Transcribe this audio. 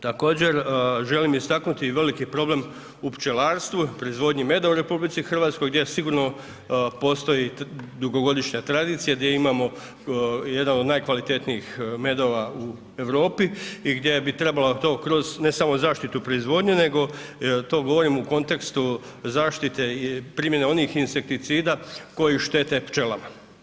Također, želim istaknuti veliki problem u pčelarstvu, proizvodnji meda u RH gdje sigurno postoji dugogodišnja tradicija, gdje imamo jedan od kvalitetnijih medova u Europi i gdje bi trebalo to kroz ne samo zaštitu proizvodnje nego to govorim u kontekstu zaštite i primjene onih insekticida koji štete pčelama.